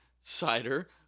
cider